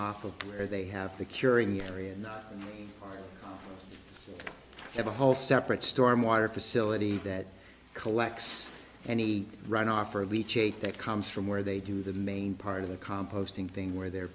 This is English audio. off of where they have the curing area and have a whole separate storm water facility that collects any runoff or leach eight that comes from where they do the main part of the composting thing where they're